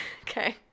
Okay